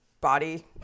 body